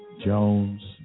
Jones